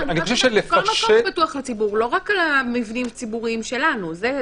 לא רק מבנים ציבוריים שלנו.